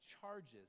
charges